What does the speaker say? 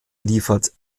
liefert